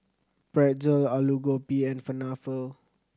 Pretzel Alu Gobi and Falafel